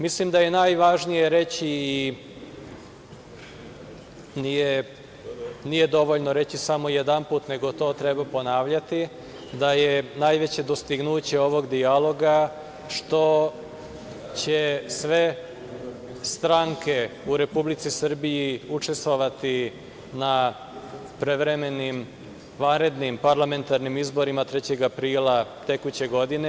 Mislim da je najvažnije reći, i nije dovoljno reći samo jedanput, nego to treba ponavljati, da je najveće dostignuće ovog dijaloga što će sve stranke u Republici Srbiji učestvovati na prevremenim vanrednim parlamentarnim izborima 3. aprila tekuće godine.